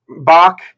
Bach